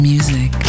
Music